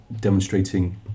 demonstrating